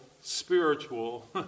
spiritual